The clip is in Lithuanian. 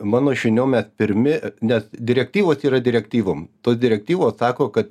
mano žiniom mes pirmi nes direktyvos yra direktyvom tos direktyvos sako kad